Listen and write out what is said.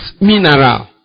mineral